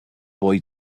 boy